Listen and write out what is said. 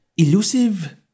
Elusive